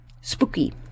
Spooky